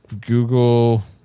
Google